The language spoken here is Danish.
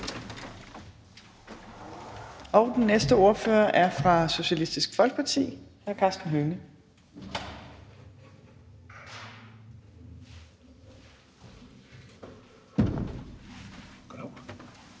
Den næste ordfører er fra Socialistisk Folkeparti: hr. Karsten Hønge. Kl.